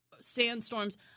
sandstorms